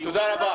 תודה.